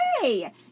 Hey